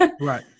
right